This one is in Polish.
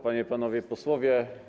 Panie i Panowie Posłowie!